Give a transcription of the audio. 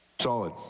solid